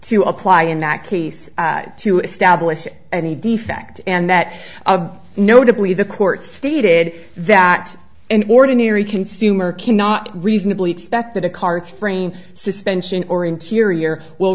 to apply in that case to establish a defect and that notably the court stated that in ordinary consumer cannot reasonably expect that a car's frame suspension or interior will